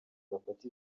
gafata